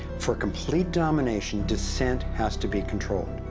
for complete domination dissent has to be controlled.